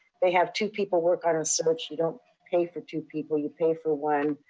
they have two people work on a search. you don't pay for two people, you pay for one.